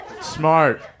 Smart